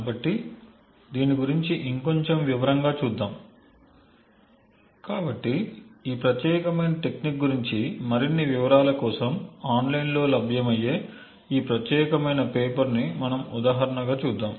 కాబట్టి దీని గురించి ఇంకొంచెం వివరంగా చూద్దాం కాబట్టి ఈ ప్రత్యేకమైన టెక్నిక్ గురించి మరిన్ని వివరాల కోసం ఆన్లైన్లో లభ్యమయ్యే ఈ ప్రత్యేకమైన పేపర్ని మనం ఉదాహరణగా చూద్దాం